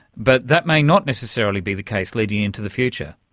but that may not necessarily be the case leading into the future.